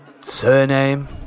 surname